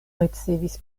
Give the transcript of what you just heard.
ricevis